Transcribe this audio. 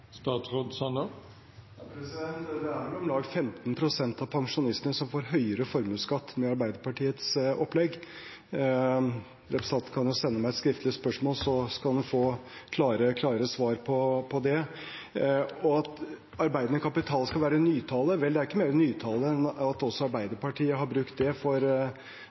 Det er vel om lag 15 pst. av pensjonistene som får høyere formuesskatt med Arbeiderpartiets opplegg. Representanten kan jo sende meg et skriftlig spørsmål, så skal han få klare svar på det. At arbeidende kapital skal være nytale – vel, det er ikke mer nytale enn at også Arbeiderpartiet har brukt det for